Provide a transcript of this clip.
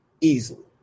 easily